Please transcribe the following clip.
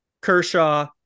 Kershaw